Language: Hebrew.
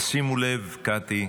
תשימו לב, קטי,